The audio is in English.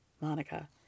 Monica